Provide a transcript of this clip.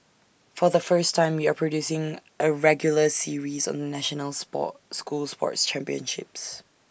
for the first time we are producing A regular series on the national Sport school sports championships